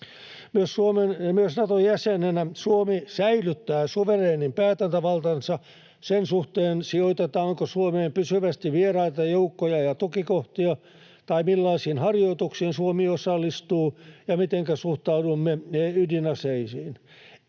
Myös Naton jäsenenä Suomi säilyttää suvereenin päätäntävaltansa sen suhteen, sijoitetaanko Suomeen pysyvästi vieraita joukkoja ja tukikohtia tai millaisiin harjoituksiin Suomi osallistuu ja mitenkä suhtaudumme ydinaseisiin.